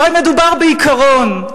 הרי מדובר בעיקרון,